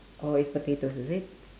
oh it's potatoes is it